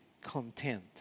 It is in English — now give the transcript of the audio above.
content